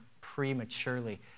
prematurely